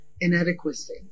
inadequacy